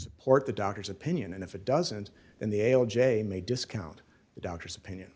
port the doctor's opinion and if it doesn't and the ala j may discount the doctor's opinion